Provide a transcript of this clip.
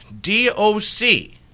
D-O-C